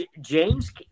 James